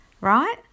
right